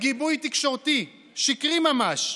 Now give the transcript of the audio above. בגיבוי תקשורתי שקרי ממש,